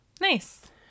nice